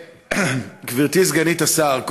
גברתי סגנית השר,